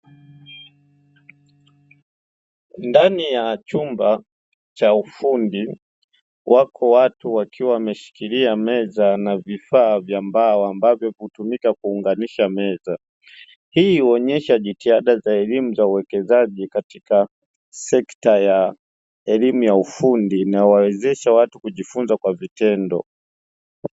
Ndani ya chumba cha ufundi wako watu wakiwa wameshikilia meza na vifaa vya ambavyo hutumika kuunganisha meza, hii huonyesha jitihada za elimu ya uwekezaji katika sekta ya ufundi na huwezesha watu kujifunza kwa vitendo.